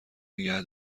نیگه